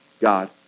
God